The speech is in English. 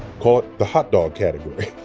call it the hot dog category.